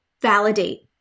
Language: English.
validate